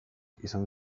izan